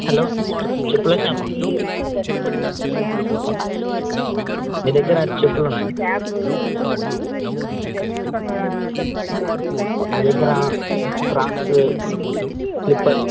hello చెప్పుల shop ఆ మీ దగ్గర అది చెప్పులు ఉన్నాయా మీ దగ్గర క్రాక్స్ స్లిప్పర్స్